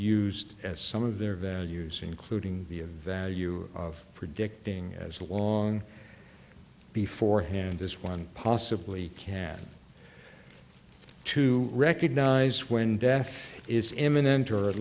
used as some of their values including the value of predicting as long before hand this one possibly can to recognize when death is imminent or at